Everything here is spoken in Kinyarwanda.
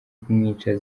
kumwica